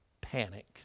panic